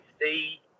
see –